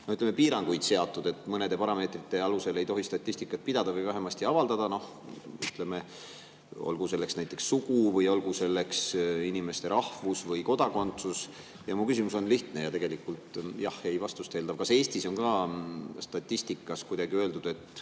piiranguid seatud. Mõnede parameetrite alusel ei tohi statistikat [koostada] või vähemasti avaldada, olgu selleks näiteks sugu või olgu selleks inimese rahvus või kodakondsus. Mu küsimus on lihtne ja tegelikult jah-ei-vastust eeldav. Kas Eestis on ka statistikas kuidagi öeldud, et